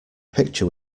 picture